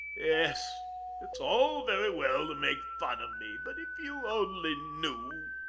yes it's all very well to make fun of me but if you only knew